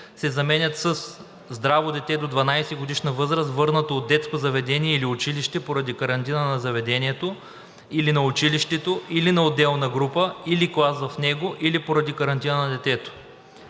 се заменят със „здраво дете до 12-годишна възраст, върнато от детско заведение или училище, поради карантина на заведението или на училището, или на отделна група или клас в него, или поради карантина на детето“.